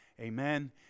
Amen